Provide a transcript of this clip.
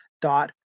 dot